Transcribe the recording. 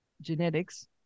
genetics